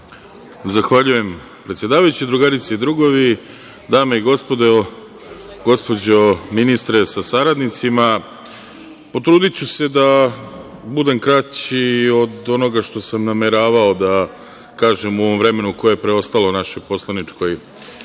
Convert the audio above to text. Zahvaljujem, predsedavajući. Drugarice i drugovi, dame i gospodo, gospođo ministre sa saradnicima, potrudiću se da budem kraći od onoga što sam nameravao da kažem u ovom vremenu koje je preostalo našoj poslaničkoj grupi,